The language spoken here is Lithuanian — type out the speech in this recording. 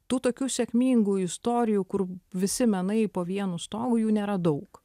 tų tokių sėkmingų istorijų kur visi menai po vienu stogu jų nėra daug